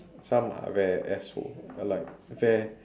some are very asshole uh like very